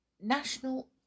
National